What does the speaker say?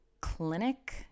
clinic